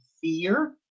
fear